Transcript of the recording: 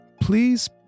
please